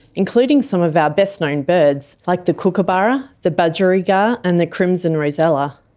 including some of our best-known birds like the kookaburra, the budgerigar and the crimson rosella.